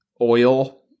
oil